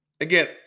Again